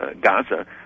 Gaza